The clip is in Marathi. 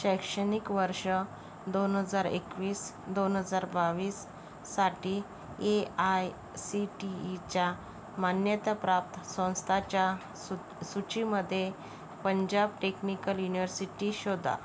शैक्षणिक वर्ष दोन हजार एकवीस दोन हजार बावीससाठी ए आय सी टी ईच्या मान्यताप्राप्त संस्थांच्या सूच सूचीमध्ये पंजाब टेक्निकल युनिव्हर्सिटी शोधा